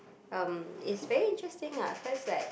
um it's very interesting ah cause like